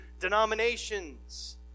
denominations